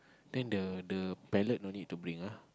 then the the palette no need to bring lah